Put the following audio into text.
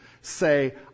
say